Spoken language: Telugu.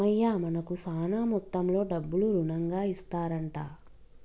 రామయ్య మనకు శాన మొత్తంలో డబ్బులు రుణంగా ఇస్తారంట